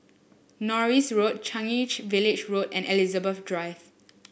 Norris Road Changi Village Road and Elizabeth Drive